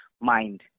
mind